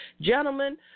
Gentlemen